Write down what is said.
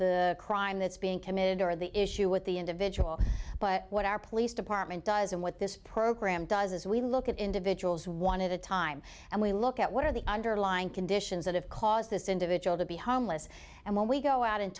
the crime that's being committed or the issue with the individual but what our police department does and what this program does as we look at individuals one at a time and we look at what are the underlying conditions that have caused this individual to be homeless and when we go out and